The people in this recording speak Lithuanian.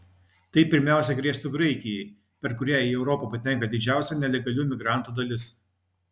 tai pirmiausia grėstų graikijai per kurią į europą patenka didžiausia nelegalių migrantų dalis